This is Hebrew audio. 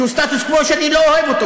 סטטוס קוו שאני לא אוהב אותו,